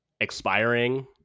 expiring